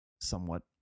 Somewhat